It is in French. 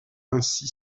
ainsi